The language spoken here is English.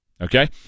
Okay